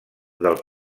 del